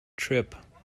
trip